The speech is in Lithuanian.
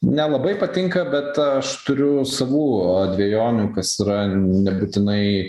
nelabai patinka bet aš turiu savų dvejonių kas yra nebūtinai